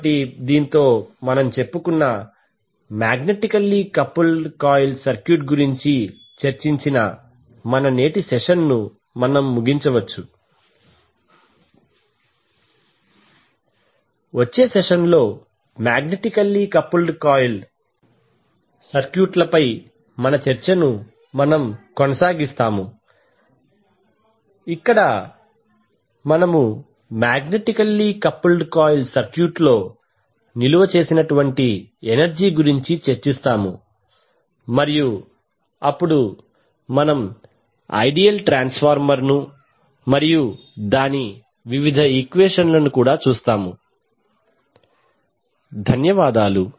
కాబట్టి దీనితో మనం చెప్పుకున్న మాగ్నెటికల్లీ కపుల్డ్ కాయిల్ సర్క్యూట్ గురించి చర్చించిన మన నేటి సెషన్ను ముగించవచ్చు వచ్చే సెషన్లో మాగ్నెటికల్లీ కపుల్డ్ కాయిల్ సర్క్యూట్ల పై మన చర్చను కొనసాగిస్తాము ఇక్కడ మనము మాగ్నెటికల్లీ కపుల్డ్ కాయిల్ సర్క్యూట్లో నిల్వ చేసిన ఎనర్జీ గురించి చర్చిస్తాము మరియు అప్పుడు మనము ఐడియల్ ట్రాన్స్ఫార్మర్ ను మరియు దాని వివిధ ఈక్వేషన్లు కూడా చూస్తాము ధన్యవాదాలు